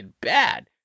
bad